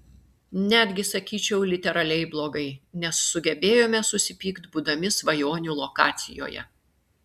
netgi sakyčiau literaliai blogai nes sugebėjome susipykt būdami svajonių lokacijoje